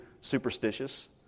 superstitious